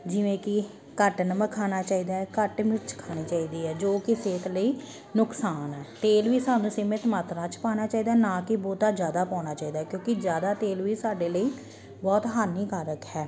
ਜਿਵੇਂ ਕਿ ਘੱਟ ਨਮਕ ਖਾਣਾ ਚਾਹੀਦਾ ਹੈ ਘੱਟ ਮਿਰਚ ਖਾਣੀ ਚਾਹੀਦੀ ਹੈ ਜੋ ਕਿ ਸਿਹਤ ਲਈ ਨੁਕਸਾਨ ਹੈ ਤੇਲ ਵੀ ਸਾਨੂੰ ਸੀਮਿਤ ਮਾਤਰਾ 'ਚ ਪਾਉਣਾ ਚਾਹੀਦਾ ਨਾ ਕਿ ਬਹੁਤ ਜ਼ਿਆਦਾ ਪਾਉਣਾ ਚਾਹੀਦਾ ਕਿਉਂਕਿ ਜ਼ਿਆਦਾ ਤੇਲ ਵੀ ਸਾਡੇ ਲਈ ਬਹੁਤ ਹਾਨੀਕਾਰਕ ਹੈ